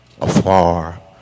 afar